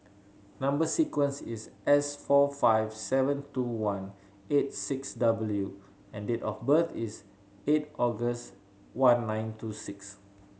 number sequence is S four five seven two one eight six W and date of birth is eight August one nine two six